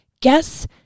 guess